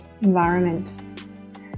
environment